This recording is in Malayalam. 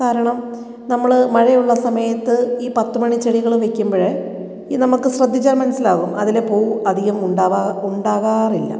കാരണം നമ്മൾ മഴയുള്ള സമയത്ത് ഈ പത്ത് മണി ചെടികൾ വെക്കുമ്പോൾ ഇത് നമുക്ക് ശ്രദ്ധിച്ചാൽ മനസ്സിലാവും അതിലെ പൂ അധികം ഉണ്ടാവാ ഉണ്ടാവാറില്ല